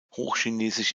hochchinesisch